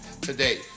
today